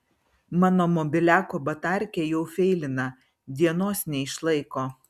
mano mobiliako batarkė jau feilina dienos neišlaiko